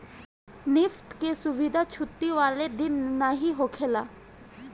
NEFT के सुविधा छुट्टी वाला दिन नाइ होखेला